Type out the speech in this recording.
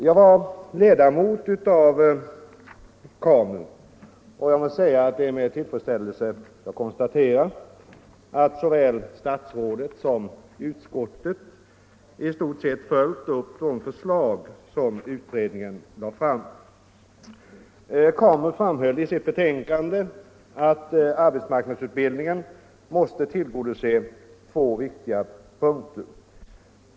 Jag var ledamot av KAMU, och det är med tillfredsställelse jag konstaterar att såväl statsrådet som utskottet i stort sett följt upp de förslag utredningen lade fram. KAMU framhöll i sitt betänkande att arbetsmarknadsutbildningen måste tillgodose två viktiga punkter.